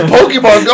Pokemon